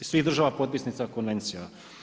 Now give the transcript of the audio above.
I svi država potpisnica konvencija.